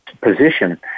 position